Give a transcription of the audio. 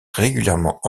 régulièrement